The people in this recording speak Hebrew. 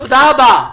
תודה רבה.